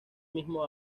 mismo